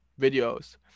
videos